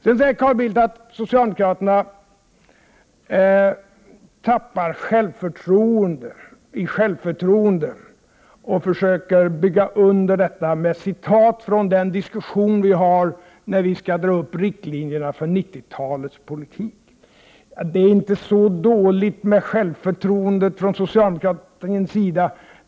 Sedan säger Carl Bildt att socialdemokraterna tappar i självförtroende och försöker bygga under detta med citat från den diskussion vi har när vi skall dra upp riktlinjerna för 90-talets politik. Det är inte så dåligt med självförtroendet på socialdemokratisk sida.